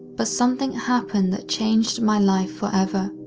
but something happened that changed my life forever,